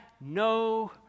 no